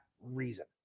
reason